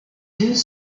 deux